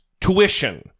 tuition